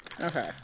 Okay